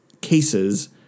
cases